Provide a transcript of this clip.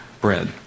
bread